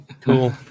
Cool